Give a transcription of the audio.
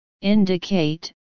indicate